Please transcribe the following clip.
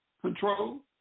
control